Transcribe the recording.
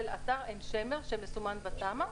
של אתר עין שמר שמסומן בתמ"א.